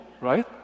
right